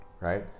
right